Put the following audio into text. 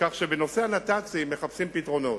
כך שבנושא הנת"צים מחפשים פתרונות.